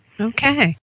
Okay